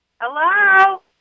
Hello